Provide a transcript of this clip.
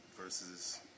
versus